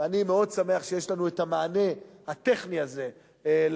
ואני מאוד שמח שיש לנו המענה הטכני הזה לירי,